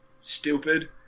stupid